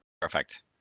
perfect